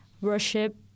worship